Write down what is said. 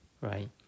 right